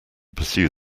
pursue